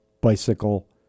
bicycle